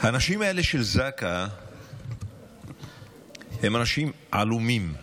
האנשים האלה של זק"א הם אנשים עלומים.